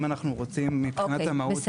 אם אנחנו רוצים מבחינת המהות --- אוקיי,